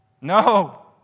No